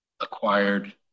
acquired